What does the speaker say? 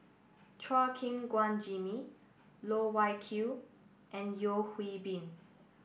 Chua Gim Guan Jimmy Loh Wai Kiew and Yeo Hwee Bin